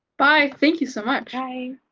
bye! thank you so much! i mean